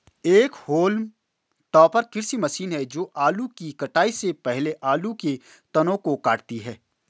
एक haulm topper कृषि मशीन है जो आलू की कटाई से पहले आलू के तनों को काटती है